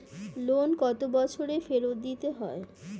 Loan কত বছরে ফেরত দিতে হয়?